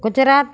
Gujarat